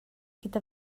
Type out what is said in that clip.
gyda